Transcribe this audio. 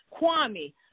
Kwame